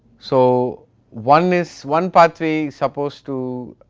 so one is, one pathway is supposed to